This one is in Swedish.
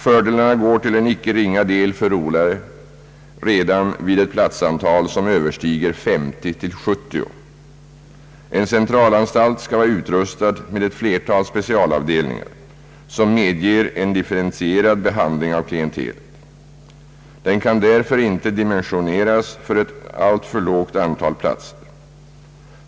Fördelarna går till en icke ringa del förlorade redan vid ett platsantal som överstiger 50—70. En centralanstalt skall vara utrustad med ett flertal specialavdelningar som medger en differentierad behandling av klientelet. Den kan därför inte dimensioneras för ett alltför lågt antal platser.